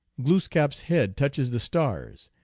glooskap s head touches the stars,